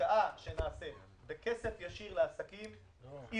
ההשקעה שנעשית בכסף ישיר לעסקים היא